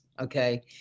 okay